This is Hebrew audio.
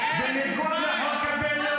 ושקר --- את נמצאת בשטחים הכבושים לא